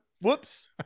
whoops